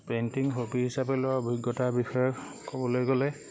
painting hobby হিচাপে লোৱাৰ অভিজ্ঞতাৰ বিষয়ে ক'বলৈ গ'লে